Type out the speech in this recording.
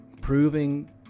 proving